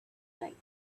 light